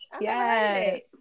Yes